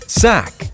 sack